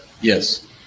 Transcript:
Yes